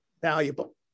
valuable